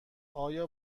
آیا